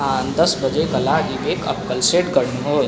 बिहान दस बजेका लागि वेक अप कल सेट गर्नुहोस्